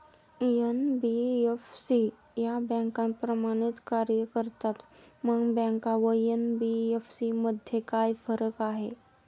NBFC या बँकांप्रमाणेच कार्य करतात, मग बँका व एन.बी.एफ.सी मध्ये काय फरक आहे?